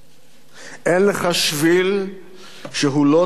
אין לך שביל שהוא לא צעד בו,